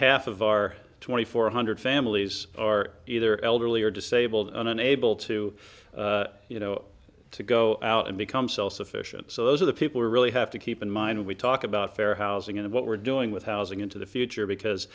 half of our twenty four hundred families are either elderly or disabled and unable to you know to go out and become self sufficient so those are the people really have to keep in mind we talk about fair housing and what we're doing with housing into the future because